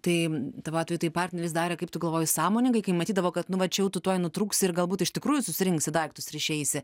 tai tavo atveju tai partneris darė kaip tu galvoji sąmoningai kai matydavo kad nu va čia jau tu tuoj nutrūksi ir galbūt iš tikrųjų susirinksi daiktus ir išeisi